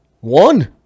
One